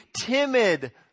timid